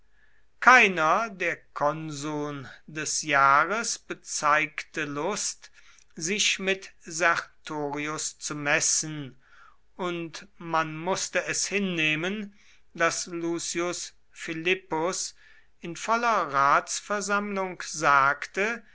keiner der konsuln des jahres bezeigte lust sich mit sertorius zu messen und man mußte es hinnehmen was lucius philippus in voller ratsversammlung sagte